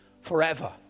forever